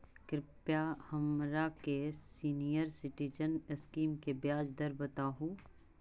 कृपा हमरा के सीनियर सिटीजन स्कीम के ब्याज दर बतावहुं